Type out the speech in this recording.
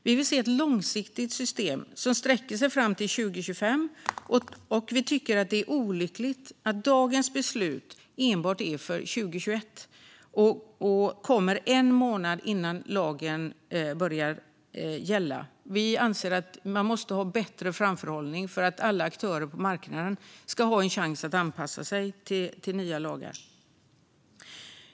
Vi vill se ett långsiktigt system som sträcker sig fram till 2025, och vi tycker att det är olyckligt att dagens beslut enbart är för 2021 och kommer en månad innan lagen börjar gälla. Vi anser att man måste ha bättre framförhållning för att alla aktörer på marknaden ska ha en chans att anpassa sig till nya lagar.